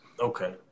Okay